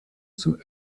zum